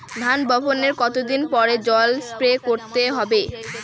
ধান বপনের কতদিন পরে জল স্প্রে করতে হবে?